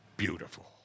Beautiful